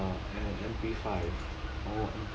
err and M_P five